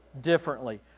differently